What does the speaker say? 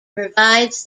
provides